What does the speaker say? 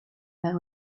their